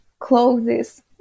clothes